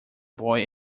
boy